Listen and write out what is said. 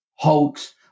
hoax